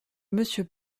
monsieur